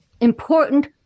important